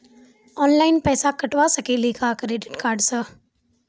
Online पैसा कटवा सकेली का क्रेडिट कार्ड सा?